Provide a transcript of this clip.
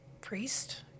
priest